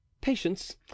Patience